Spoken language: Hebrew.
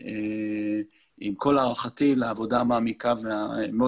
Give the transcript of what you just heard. עם כל הערכתי לעבודה המעמיקה והמאוד